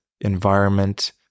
environment